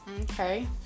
Okay